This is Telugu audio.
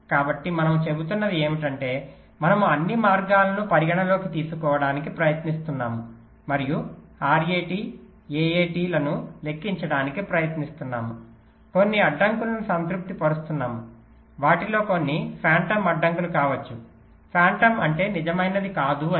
కాబట్టి మనము చెబుతున్నది ఏమిటంటే మనము అన్ని మార్గాలను పరిగణనలోకి తీసుకోవడానికి ప్రయత్నిస్తున్నాము మరియు RAT AAT ను లెక్కించడానికి ప్రయత్నిస్తున్నాము కొన్ని అడ్డంకులను సంతృప్తి పరుస్తున్నాము వాటిలో కొన్ని ఫాంటమ్ అడ్డంకులు కావచ్చు ఫాంటమ్ అంటే నిజమైనది కాదు అని